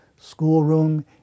schoolroom